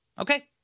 Okay